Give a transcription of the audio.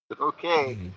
Okay